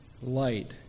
light